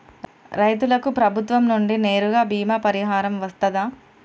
రైతులకు ప్రభుత్వం నుండి నేరుగా బీమా పరిహారం వత్తదా?